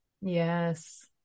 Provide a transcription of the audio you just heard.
Yes